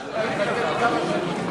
ההצעה להעביר את הצעת חוק עבודת נשים (תיקון,